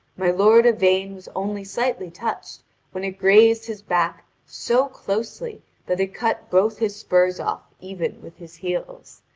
my lord yvain was only slightly touched when it grazed his back so closely that it cut both his spurs off even with his heels.